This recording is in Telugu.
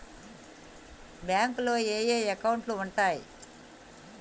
బ్యాంకులో ఏయే అకౌంట్లు ఉంటయ్?